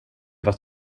vara